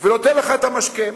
ונותן לך את המשקה.